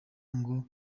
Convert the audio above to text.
ngo